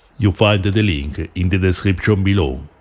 you find the the link in the description below.